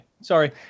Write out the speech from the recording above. sorry